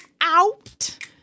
out